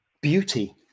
beauty